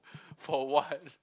for what